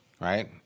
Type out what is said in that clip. right